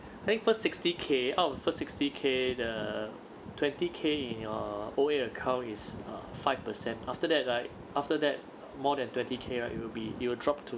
think first sixty K out of first sixty K the twenty K in your O_A account is a five percent after that right after that more than twenty K right you will be it will drop to